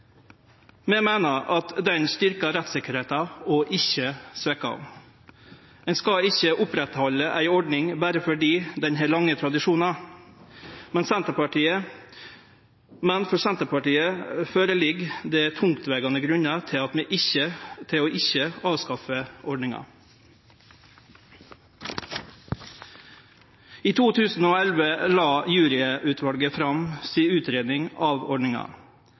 meiner at juryordninga styrkjer rettssikkerheita og ikkje svekkjer ho. Ein skal ikkje bevare ei ordning berre fordi ho har lange tradisjonar, men for Senterpartiet føreligg det tungtvegande grunnar for ikkje å avskaffe ordninga. I 2011 la Juryutvalet fram si utgreiing av ordninga.